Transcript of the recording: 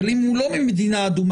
אבל אם הוא לא ממדינה אדומה,